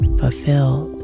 fulfilled